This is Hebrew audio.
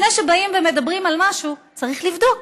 שלפני שבאים ומדברים על משהו, צריך לבדוק